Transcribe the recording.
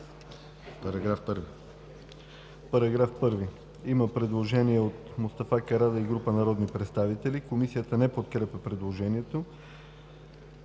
Параграф 1